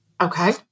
Okay